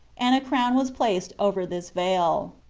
and a crown was placed over this veil.